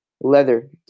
leather